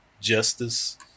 justice